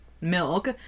milk